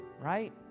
right